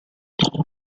uma